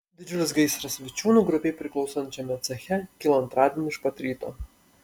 didžiulis gaisras vičiūnų grupei priklausančiame ceche kilo antradienį iš pat ryto